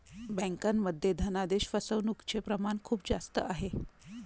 बँकांमध्ये धनादेश फसवणूकचे प्रमाण खूप जास्त आहे